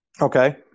Okay